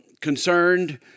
concerned